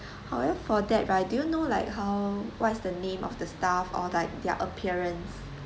however for that right do you know like how what is the name of the staff or like their appearance